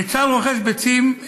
צה"ל רוכש ביצים,